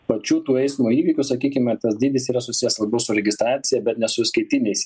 pačių tų eismo įvykių sakykime tas dydis yra susijęs labiau su registracija bet ne su įskaitiniais